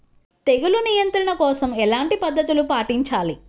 తెగులు నియంత్రణ కోసం ఎలాంటి పద్ధతులు పాటించాలి?